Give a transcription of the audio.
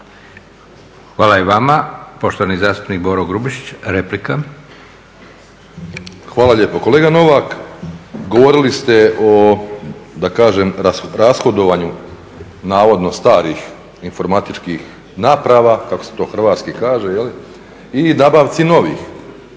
Hvala i vama. Poštovani zastupnik Boro Grubišić, replika. **Grubišić, Boro (HDSSB)** Hvala lijepo. Kolega Novak govorili ste o da kažem rashodovanju navodno starih informatičkih naprava kako se to hrvatski kaže i nabavci novih.